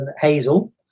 Hazel